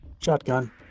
Shotgun